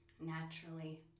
naturally